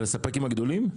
של הספקים הגדולים.